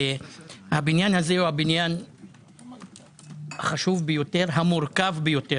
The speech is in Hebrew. הבניין הזה הוא החשוב ביותר והמורכב ביותר.